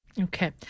Okay